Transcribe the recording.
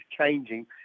changing